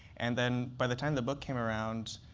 and then, by the time the book came around,